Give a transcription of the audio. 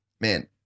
man